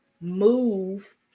move